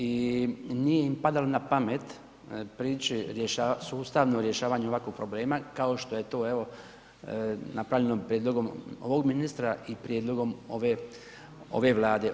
I nije im padalo na pamet prići sustavnom rješavanju ovakvog problema kao što je to napravljeno prijedlogom ovog ministra i prijedlogom ove Vlade.